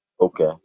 Okay